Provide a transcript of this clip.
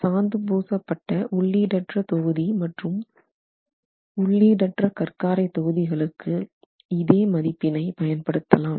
சாந்து பூசப்பட்ட உள்ளீடற்ற தொகுதி மற்றும் உள்ளீடற்ற கற்காரை தொகுதிகளுக்கு இதே மதிப்பினை பயன் படுத்தலாம்